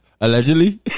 allegedly